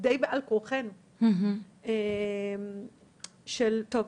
די בעל כורחנו של טוב,